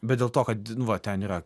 bet dėl to kad nu va ten yra